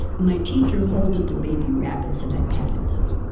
my teacher holded the baby rabbits and i patted them.